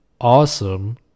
awesome